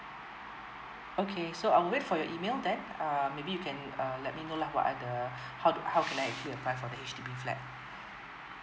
okay so I'll wait for your email then uh maybe you can uh let me know lah what are the how to how can I actually apply for H_D_B flat